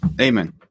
Amen